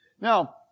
Now